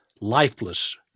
Lifeless